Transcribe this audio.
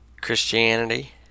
Christianity